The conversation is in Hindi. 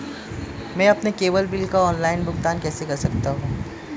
मैं अपने केबल बिल का ऑनलाइन भुगतान कैसे कर सकता हूं?